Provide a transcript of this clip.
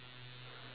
okay